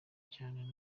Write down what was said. cyane